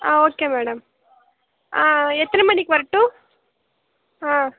ஆ okay madam ஆ எத்தனை மணிக்கு வரட்டும் ஆ